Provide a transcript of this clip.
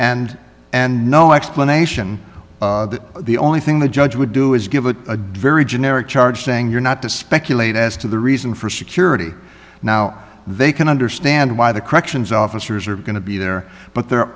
and and no explanation that the only thing the judge would do is give a very generic charge saying you're not to speculate as to the reason for security now they can understand why the corrections officers are going to be there but they're